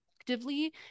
actively